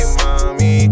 mommy